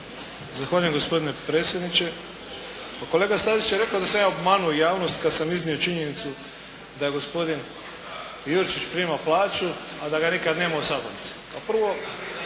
Zahvaljujem gospodine predsjedniče. Kolega Stazić je rekao da sam ja obmanuo javnost kad sam iznio činjenicu da gospodin Jurčić prima plaću a da ga nikad nema u sabornici.